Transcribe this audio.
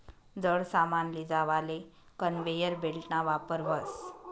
जड सामान लीजावाले कन्वेयर बेल्टना वापर व्हस